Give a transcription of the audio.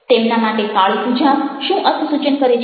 તેમના માટે કાળીપૂજા શું અર્થસૂચન કરે છે